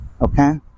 Okay